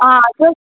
ஆ